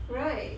right